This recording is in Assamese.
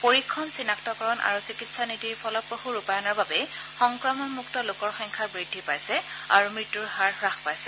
পৰীক্ষণ চিনাক্তকৰণ আৰু চিকিৎসা নীতিৰ ফলপ্ৰসূ ৰূপায়ণৰ বাবেই সংক্ৰমণমুক্ত লোকৰ সংখ্যা বুদ্ধি পাইছে আৰু মৃত্যুৰ হাৰ হাস পাইছে